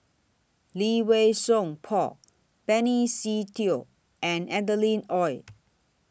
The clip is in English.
Lee Wei Song Paul Benny Se Teo and Adeline Ooi